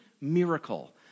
miracle